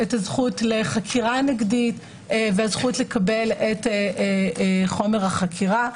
את הזכות לחקירה נגדית והזכות לקבל את חומר החקירה.